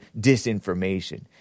disinformation